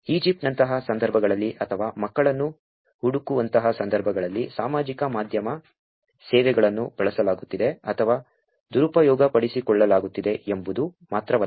ಈಜಿಪ್ಟ್ನಂತಹ ಸಂದರ್ಭಗಳಲ್ಲಿ ಅಥವಾ ಮಕ್ಕಳನ್ನು ಹುಡುಕುವಂತಹ ಸಂದರ್ಭಗಳಲ್ಲಿ ಸಾಮಾಜಿಕ ಮಾಧ್ಯಮ ಸೇವೆಗಳನ್ನು ಬಳಸಲಾಗುತ್ತಿದೆ ಅಥವಾ ದುರುಪಯೋಗಪಡಿಸಿಕೊಳ್ಳಲಾಗುತ್ತಿದೆ ಎಂಬುದು ಮಾತ್ರವಲ್ಲ